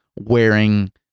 wearing